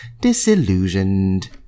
disillusioned